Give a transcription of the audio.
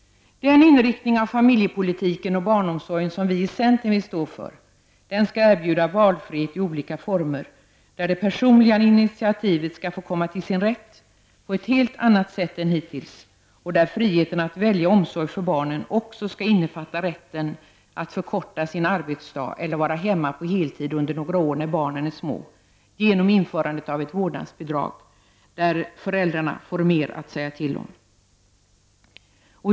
Den inriktning av familjepolitiken och barnomsorgen som vi i centern vill stå för skall erbjuda valfrihet i olika former, där det personliga initiativet skall få komma till sin rätt på ett helt annat sätt än hittills, och där friheten att välja omsorg för barnen också skall innefatta rätten att förkorta sin arbetsdag eller vara hemma på heltid under några år när barnen är små genom införandet av ett vårdnadsbidrag, där föräldrarna får mer att säga till om.